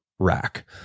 rack